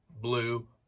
blue